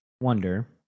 wonder